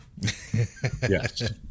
Yes